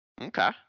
Okay